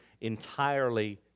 entirely